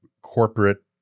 corporate